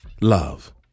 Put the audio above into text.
love